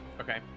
Okay